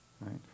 right